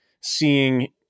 seeing